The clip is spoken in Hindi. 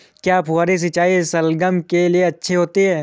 क्या फुहारी सिंचाई शलगम के लिए अच्छी होती है?